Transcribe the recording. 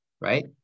right